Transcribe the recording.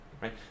right